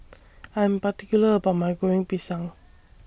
I Am particular about My Goreng Pisang